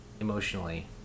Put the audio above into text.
emotionally